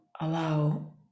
Allow